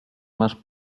masz